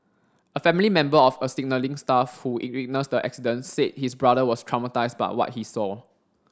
a family member of a signalling staff who witnessed the accident said his brother was traumatised by what he saw